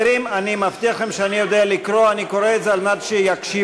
אני קורא את זה על מנת שיקשיבו.